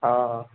ହଁ